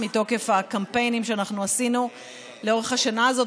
מתוקף הקמפיינים שאנחנו עשינו לאורך השנה הזאת,